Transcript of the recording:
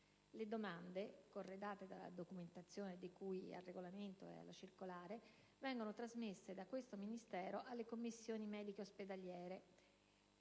Le domande, corredate della documentazione di cui al regolamento e alla circolare, vengono trasmesse da questo Ministero alle commissioni mediche ospedaliere